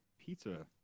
pizza